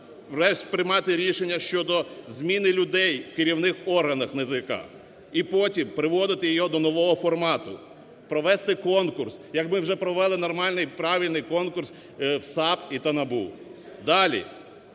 треба приймати рішення щодо зміни людей в керівних органах НАЗК. І потім приводити його до нового формату, провести конкурс, як ми вже провели нормальний правильний конкурс в САП та НАБУ.